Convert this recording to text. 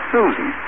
Susan